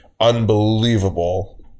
unbelievable